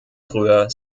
früher